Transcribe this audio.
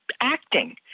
acting